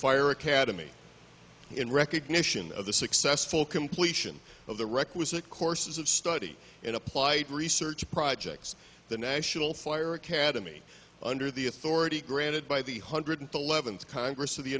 fire academy in recognition of the successful completion of the requisite courses of study in applied research projects the national fire academy under the authority granted by the hundred eleventh congress of the